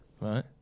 Right